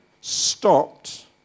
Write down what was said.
stopped